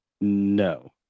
No